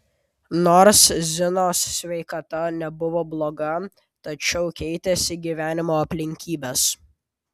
nors zinos sveikata nebuvo bloga tačiau keitėsi gyvenimo aplinkybės